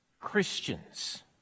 Christians